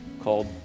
called